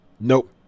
Nope